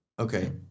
Okay